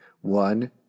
One